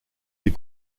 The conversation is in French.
des